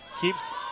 Keeps